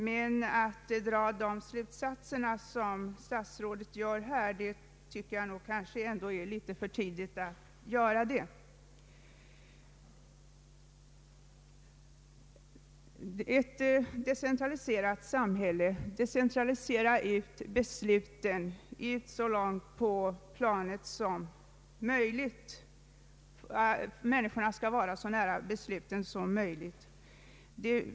Men att dra de slutsatser som statsrådet drar här tycker jag ändå är litet för tidigt. Ett decentraliserat samhälle innebär att man decentraliserar ut besluten så långt som möjligt, att människorna skall vara så nära besluten som möjligt.